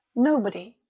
nobody,